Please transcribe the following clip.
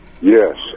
Yes